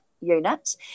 units